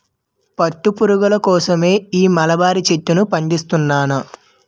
పట్టు పురుగుల కోసమే ఈ మలబరీ చెట్లను పండిస్తున్నా